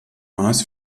maß